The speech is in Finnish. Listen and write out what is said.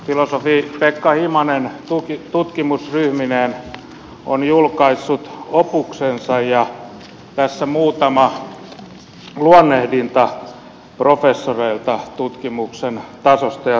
filosofi pekka himanen tutkimusryhmineen on julkaissut opuksensa ja tässä muutama luonnehdinta professoreilta tutkimuksen tasosta ja sisällöstä